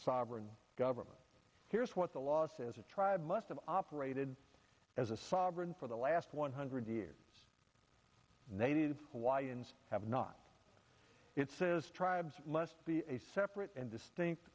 sovereign government here's what the law says a tribe must have operated as a sovereign for the last one hundred years native hawaiians have not it says tribes must be a separate and distinct